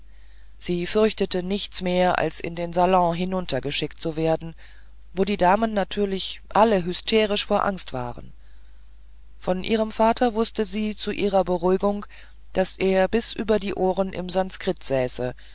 sie fürchtete nichts mehr als in den salon hinuntergeschickt zu werden wo die damen natürlich alle hysterisch vor angst waren von ihrem vater wußte sie zu ihrer beruhigung daß er bis über die ohren im sanskrit säße